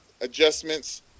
adjustments